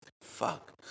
Fuck